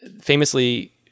famously